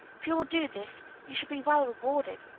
if you will do this you shall be well rewarded.